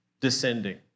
descending